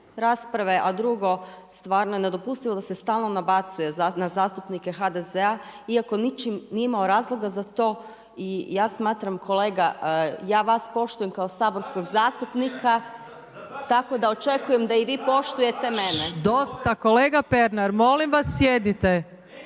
rasprave, a drugo stvarno je nedopustivo da se stalno nabacuje na zastupnike HDZ-a iako ničim nije imao razloga za to i ja smatram kolega, ja vas poštujem kao saborskog zastupnika …/Upadica sa strane se ne čuje./… tako da očekujem da i vi poštujete